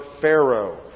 pharaoh